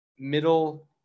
middle